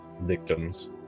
victims